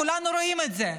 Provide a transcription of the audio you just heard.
כולנו רואים את זה.